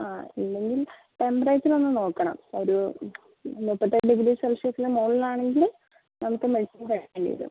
ആ ഇല്ലെങ്കിൽ ടെമ്പറേച്ചർ ഒന്ന് നോക്കണം ഒരു മുപ്പത്തേഴ് ഡിഗ്രി സെൽഷ്യസിന് മുകളിലാണെങ്കിൽ നമുക്ക് മെഡിസിൻ കഴിക്കേണ്ടി വരും